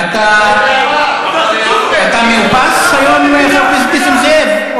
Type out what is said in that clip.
אתה מאופס היום, חבר הכנסת נסים זאב?